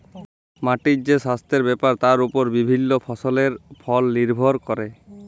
মাটির যে সাস্থের ব্যাপার তার ওপর বিভিল্য ফসলের ফল লির্ভর ক্যরে